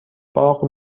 باغ